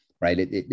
right